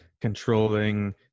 controlling